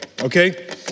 Okay